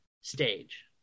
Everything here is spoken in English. stage